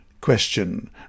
Question